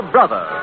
Brother